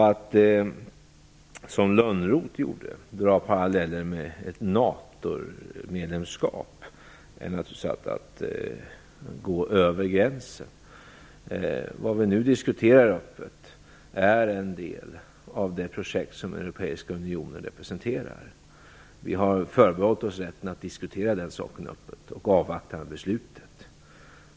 Att, som Johan Lönnroth gjorde, dra paralleller med ett NATO-medlemskap är naturligtvis att gå över gränsen. Det vi nu diskuterar öppet är en del av det projekt som Europeiska unionen representerar. Vi har förbehållit oss rätten att diskutera den saken öppet och att avvakta beslutet.